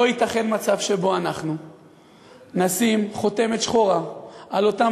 לא ייתכן מצב שבו אנחנו נשים חותמת שחורה על אותם